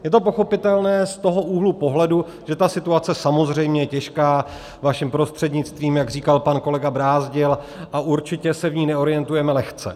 Je to pochopitelné z toho úhlu pohledu, že ta situace je samozřejmě těžká, vaším prostřednictvím, jak říkal pan kolega Brázdil, a určitě se v ní neorientujeme lehce.